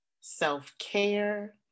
self-care